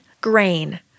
grain